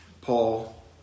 Paul